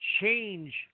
change